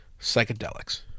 psychedelics